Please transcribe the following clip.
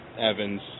Evans